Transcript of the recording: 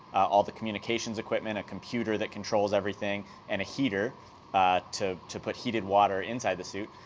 all the communications equipment, a computer that controls everything and a heater to to put heated water inside the suit.